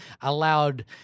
allowed